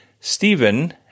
Stephen